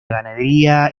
ganadería